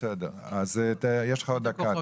יש לך עוד דקה.